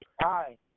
Hi